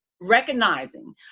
recognizing